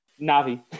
Navi